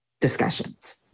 discussions